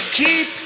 keep